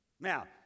Now